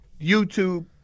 YouTube